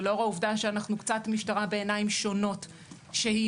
ולאור העובדה שאנחנו קצת משטרה בעיניים שונות שהיא